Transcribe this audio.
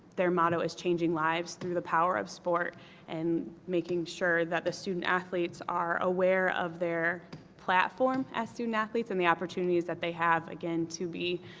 their motto is changing lives through the power of sport and making sure that the student athletes are aware of their platform as student athletes and the opportunities they have again to be